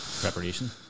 preparation